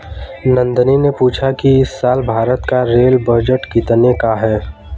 नंदनी ने पूछा कि इस साल भारत का रेल बजट कितने का है?